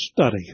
study